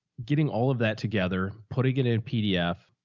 getting all of that together, putting it in a pdf,